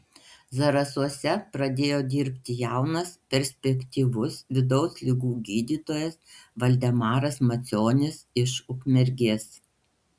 zarasuose pradėjo dirbti jaunas perspektyvus vidaus ligų gydytojas valdemaras macionis iš ukmergės